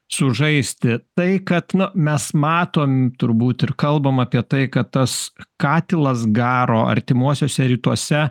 sužaisti tai kad nu mes matom turbūt ir kalbam apie tai kad tas katilas garo artimuosiuose rytuose